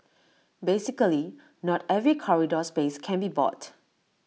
basically not every corridor space can be bought